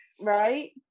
right